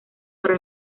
para